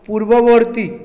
পূর্ববর্তী